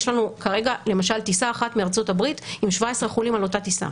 יש לנו כרגע למשל טיסה אחת מארצות הברית עם 17 חולים על אותה טיסה.